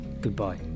goodbye